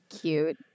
Cute